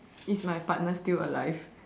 is my partner still alive